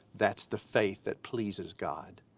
that's the faith that pleases god.